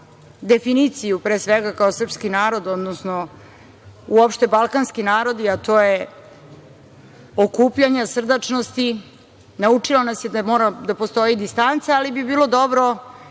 kao definiciju, pre svega kao srpski narod, odnosno uopšte balkanski narodi, a to je okupljanja, srdačnosti, naučila nas je da mora da postoji distanca, ali bi bilo dobro